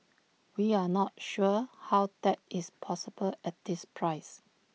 we're not sure how that is possible at this price